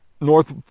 North